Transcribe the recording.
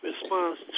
response